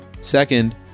Second